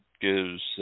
Gives